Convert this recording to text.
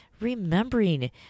remembering